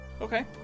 okay